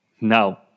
Now